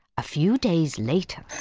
a few days later,